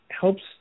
helps